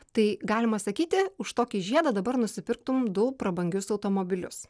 tai galima sakyti už tokį žiedą dabar nusipirktum du prabangius automobilius